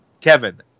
Kevin